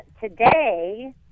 today